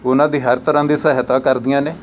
ਉਹਨਾਂ ਦੀ ਹਰ ਤਰ੍ਹਾਂ ਦੇ ਸਹਾਇਤਾ ਕਰਦੀਆਂ ਨੇ